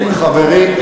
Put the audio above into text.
מאור חדש בעולם הזה.